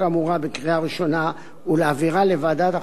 האמורה בקריאה ראשונה ולהעבירה לוועדת החוקה,